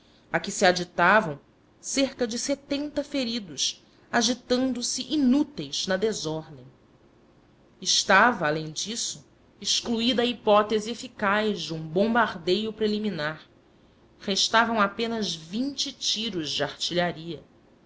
a que se aditavam cerca de setenta feridos agitando-se inúteis na desordem estava além disto excluída a hipótese eficaz de um bombardeio preliminar restavam apenas vinte tiros de artilharia